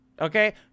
Okay